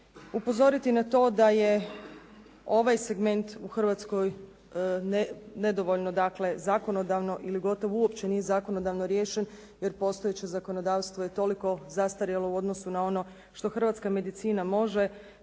upozoriti na to da je ovaj segment u Hrvatskoj nedovoljno zakonodavno ili gotovo uopće nije zakonodavno riješen, jer postojeće zakonodavstvo je toliko zastarjelo u odnosu na ono što hrvatska medicina može.